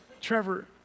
Trevor